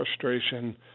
frustration